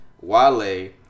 Wale